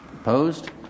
Opposed